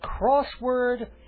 crossword